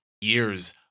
years